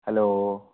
hello